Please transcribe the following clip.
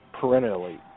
perennially